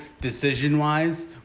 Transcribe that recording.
decision-wise